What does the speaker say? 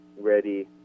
ready